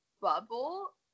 bubble